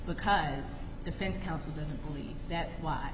because defense counsel doesn't believe that's why